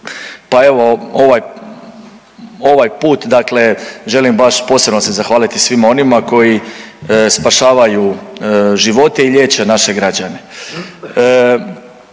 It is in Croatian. pa evo ovaj, ovaj put dakle želim baš posebno se zahvaliti svima onima koji spašavaju živote i liječe naše građane.